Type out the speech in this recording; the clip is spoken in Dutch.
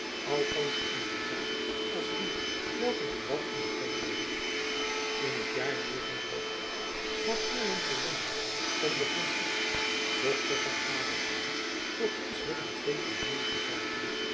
althands in een zaak als die welke buat in bekommering hield in t jaar naar engeland gezonden om de princes dochter van karel i voor prins willem ii ten huwelijk te vragen